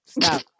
Stop